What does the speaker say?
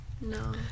No